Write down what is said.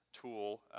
tool